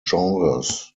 genres